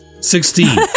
Sixteen